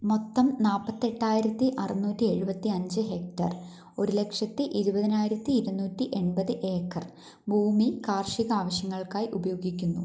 മൊത്തം നാൽപത്തി എട്ടായിരത്തി അറുനൂറ്റി എഴുപത്തി അഞ്ച് ഹെക്ടർ ഒരു ലക്ഷത്തി ഇരുപതിനായിരത്തി ഇരുനൂറ്റി എൺപത് ഏക്കർ ഭൂമി കാർഷിക ആവശ്യങ്ങൾക്കായി ഉപയോഗിക്കുന്നു